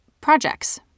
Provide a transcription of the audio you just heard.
projects